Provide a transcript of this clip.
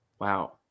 wow